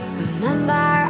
remember